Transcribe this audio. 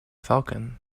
falcon